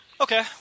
Okay